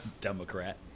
democrat